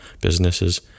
businesses